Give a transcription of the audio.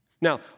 Now